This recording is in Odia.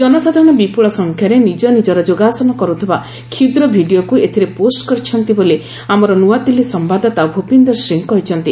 ଜନସାଧାରଣ ବିପୁଳ ସଂଖ୍ୟାରେ ନିଜ ନିଜର ଯୋଗାସନ କରୁଥିବା କ୍ଷୁଦ୍ର ଭିଡ଼ିଓକୁ ଏଥିରେ ପୋଷ୍ଟ କରିଛନ୍ତି ବୋଲି ଆମର ନୂଆଦିଲ୍ଲୀ ସମ୍ଭାଦଦାତା ଭୂପିନ୍ଦର ସିଂହ କହିଛନ୍ତି